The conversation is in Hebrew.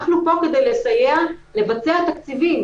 אנחנו פה כדי לסייע לבצע תקציבים.